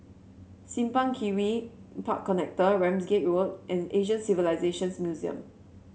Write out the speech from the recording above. Simpang Kiri Park Connector Ramsgate Road and Asian Civilisations Museum